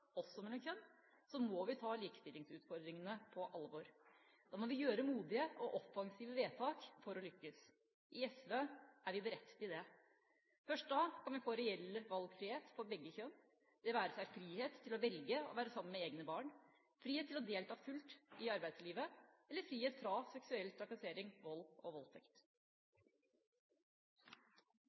også mellom kjønn, må vi ta likestillingsutfordringene på alvor. Da må vi gjøre modige og offensive vedtak for å lykkes. I SV er vi beredt til det. Først da kan vi få reell valgfrihet for begge kjønn, det være seg frihet til å velge å være sammen med egne barn, frihet til å delta fullt ut i arbeidslivet eller frihet fra seksuell trakassering, vold og voldtekt.